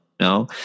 No